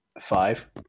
Five